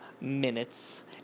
Minutes